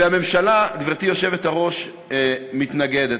והממשלה, גברתי היושבת-ראש, מתנגדת.